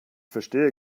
verstehe